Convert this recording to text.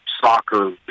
soccer